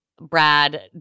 Brad